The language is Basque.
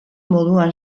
moduan